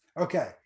Okay